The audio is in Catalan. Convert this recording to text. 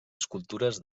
escultures